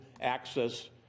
access